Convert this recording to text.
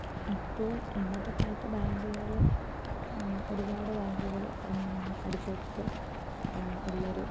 ഇപ്പോൾ ഇന്നത്തെക്കാലത്ത് ബാങ്കുകൾ ഒരുപാട് ബാങ്കുകൾ അടുത്തടുത്ത് ഉള്ളൊരു